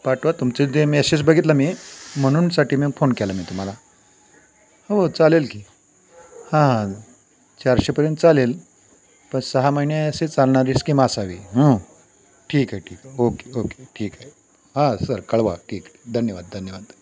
पाठवा तुमचं जे मेसेज बघितला मी म्हणूनसाठी मी फोन केला मी तुम्हाला हो चालेल की हां चारशेपर्यंत चालेल पण सहा महिने असे चालणारी स्कीम असावी ठीक आहे ठीक आहे ओके ओके ठीक आहे हां सर कळवा ठीक धन्यवाद धन्यवाद